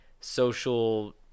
social